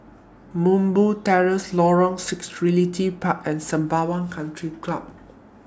Terrace Lorong six Realty Park and Sembawang Country Club